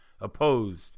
opposed